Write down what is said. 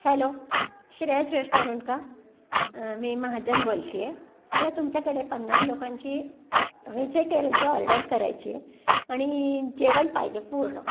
hello Shreyas restaurant का मी महाजन बोलते आहे मला तुमच्याकडे पन्नास लोकांची वेजेटेरनची ऑर्डर करायची आहे आणि जेवण पाहिजे पूर्ण